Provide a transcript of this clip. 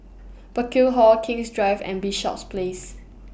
Burkill Hall King's Drive and Bishops Place